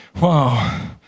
wow